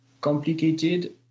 complicated